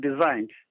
designed